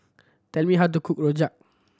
tell me how to cook rojak